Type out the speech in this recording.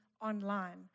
online